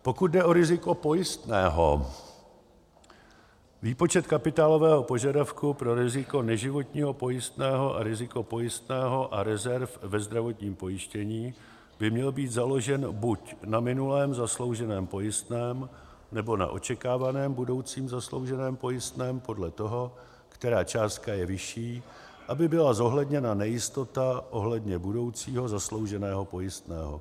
Pokud jde o riziko pojistného, výpočet kapitálového požadavku pro riziko neživotního pojistného a riziko pojistného a rezerv ve zdravotním pojištění by měl být založen buď na minulém zaslouženém pojistném, nebo na očekávaném budoucím zaslouženém pojistném, podle toho, která částka je vyšší, aby byla zohledněna nejistota ohledně budoucího zaslouženého pojistného.